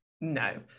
no